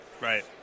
right